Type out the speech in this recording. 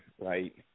right